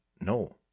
no